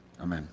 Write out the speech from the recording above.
Amen